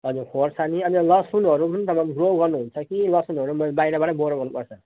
हजुर खोर्सानी अन्त लसुनहरू पनि तपाईँ ग्रो गर्नुहुन्छ कि लसुनहरू मैले बाहिरबाट बरो गर्नुपर्छ